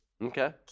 Okay